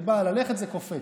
אני באה ללכת, זה קופץ.